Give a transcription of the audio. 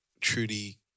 truly